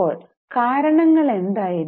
അപ്പോൾ കാരണങ്ങൾ എന്തായിരുന്നു